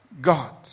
God